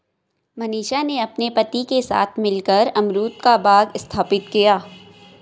मनीषा ने अपने पति के साथ मिलकर अमरूद का बाग स्थापित किया